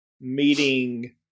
meeting